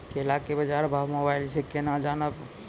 केला के बाजार भाव मोबाइल से के ना जान ब?